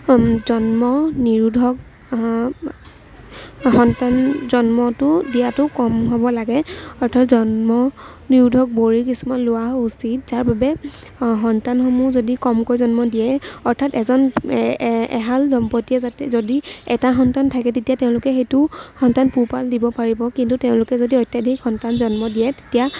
জন্ম নিৰোধক সন্তান জন্মটো দিয়াটো কম হ'ব লাগে অৰ্থাৎ জন্ম নিৰোধক বড়ি কিছুমান লোৱা উচিত যাৰ বাবে অ সন্তানসমূহ যদি কমকৈ জন্ম দিয়ে অৰ্থাৎ এজন এহাল দম্পত্তিয়ে যদি যদি এটা সন্তান থাকে তেতিয়া তেওঁলোকে সেইটো সন্তান পোহপাল দিব পাৰিব কিন্তু তেওঁলোকে যদি অত্য়াধিক সন্তান জন্ম দিয়ে তেতিয়া